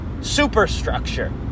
superstructure